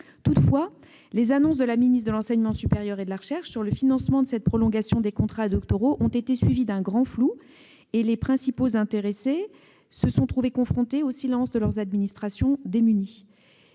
Toutefois, les annonces de la ministre de l'enseignement supérieur et de la recherche sur le financement de cette prolongation des contrats doctoraux ont été suivies d'un grand flou et les principaux intéressés se sont trouvés confrontés au silence de leurs administrations démunies.